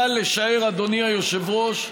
קל לשער, אדוני היושב-ראש,